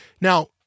Now